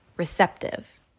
receptive